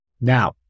Now